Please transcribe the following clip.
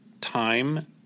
time